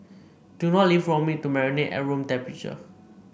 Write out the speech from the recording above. do not leave raw meat to marinate at room temperature